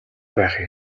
байхыг